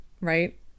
right